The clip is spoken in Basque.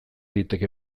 liteke